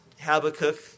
Habakkuk